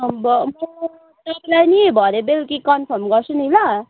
म तपाईँलाई नि भरे बेलुका कन्फर्म गर्छु नि ल